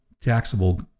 taxable